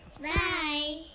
Bye